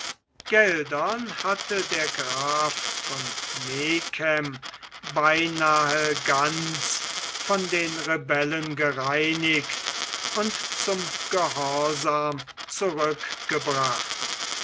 geldern hatte der graf von megen beinahe ganz von den rebellen gereinigt und zum gehorsam zurückgebracht